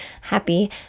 happy